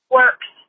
works